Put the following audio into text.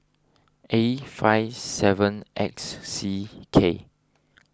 A five seven X C K